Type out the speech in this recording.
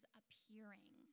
appearing